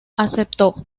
aceptó